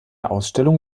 ausstellung